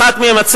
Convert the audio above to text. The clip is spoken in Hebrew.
ואחת מהן,